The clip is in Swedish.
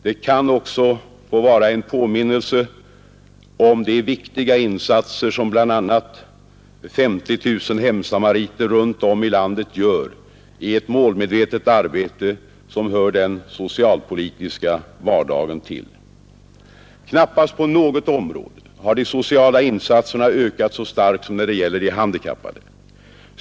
Det kan också få vara en påminnelse om de viktiga insatser som bl.a. 50 000 hemsamariter runt om i landet gör i ett målmedvetet arbete som hör den socialpolitiska vardagen till. Knappast på något område har de sociala insatserna ökat så starkt som när det gäller de handikappade.